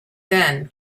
then